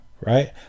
right